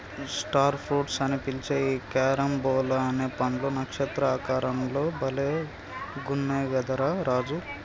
star fruits అని పిలిచే ఈ క్యారంబోలా అనే పండ్లు నక్షత్ర ఆకారం లో భలే గున్నయ్ కదా రా రాజు